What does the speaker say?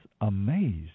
amazed